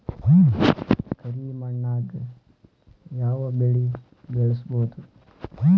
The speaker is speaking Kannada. ಕರಿ ಮಣ್ಣಾಗ್ ಯಾವ್ ಬೆಳಿ ಬೆಳ್ಸಬೋದು?